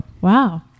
Wow